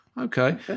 Okay